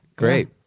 Great